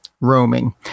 roaming